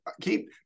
keep